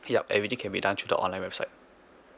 yup everything can be done through the online website